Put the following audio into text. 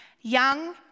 Young